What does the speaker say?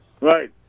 Right